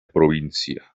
provincia